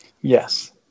Yes